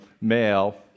male